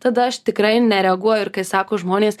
tada aš tikrai nereaguoju ir kai sako žmonės